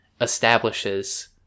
establishes